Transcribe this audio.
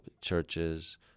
churches